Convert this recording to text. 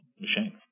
machine